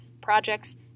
projects